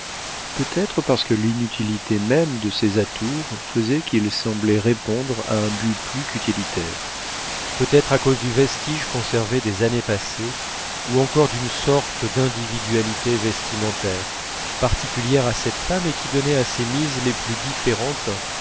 peut-être parce que l'inutilité même de ces atours faisait qu'ils semblaient répondre à un but plus qu'utilitaire peut-être à cause du vestige conservé des années passées ou encore d'une sorte d'individualité vestimentaire particulière à cette femme et qui donnait à ses mises les plus différentes